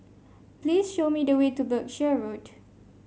please show me the way to Berkshire Road